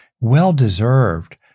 well-deserved